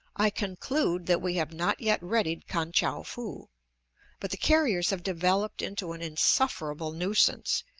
i conclude that we have not yet readied kan-tchou-foo but the carriers have developed into an insufferable nuisance,